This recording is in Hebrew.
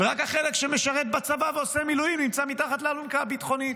ורק החלק שמשרת בצבא ועושה מילואים נמצא מתחת לאלונקה הביטחונית.